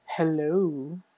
Hello